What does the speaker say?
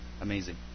amazing